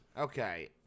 Okay